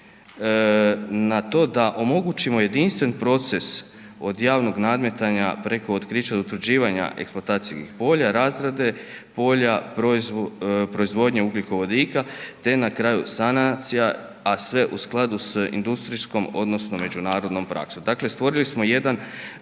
na to da omogućimo jedinstven proces od javnog nadmetanja, preko otkrića do utvrđivanja eksploatacijskih polja, razrade polja, proizvodnja ugljikovodika, te na kraju sanacija a sve u skladu s industrijskom, odnosno, međunarodnom praksom. Dakle, stvorili smo jedan